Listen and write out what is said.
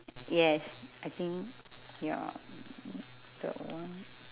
yes I think ya the one